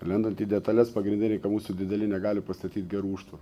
lendant į detales pagrindiniai kad mūsų dideli negali pastatyti gerų užtvarų